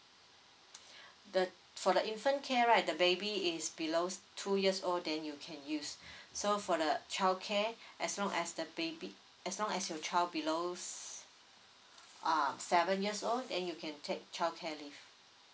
the for the infant care right the baby is below two years old then you can use so for the childcare as long as the baby as long as your child below's um seven years old then you can take childcare leave